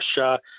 Russia